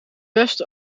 best